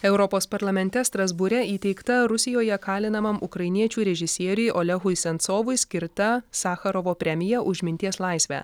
europos parlamente strasbūre įteikta rusijoje kalinamam ukrainiečių režisieriui olehui sensovui skirta sacharovo premija už minties laisvę